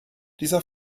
dieser